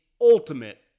ultimate